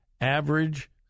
average